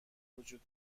بوجود